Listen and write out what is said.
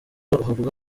wavuga